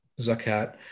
zakat